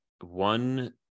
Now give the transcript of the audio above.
One